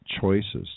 choices